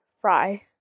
Fry